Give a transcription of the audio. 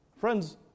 Friends